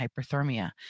hyperthermia